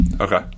okay